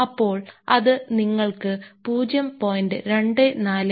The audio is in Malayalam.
അങ്ങനെ അത് നിങ്ങൾക്ക് 0